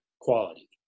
quality